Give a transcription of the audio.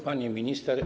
Pani Minister!